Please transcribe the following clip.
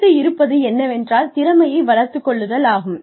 அடுத்து இருப்பது என்னவென்றால் திறமையை வளர்த்துக் கொள்ளுதல் ஆகும்